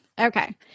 Okay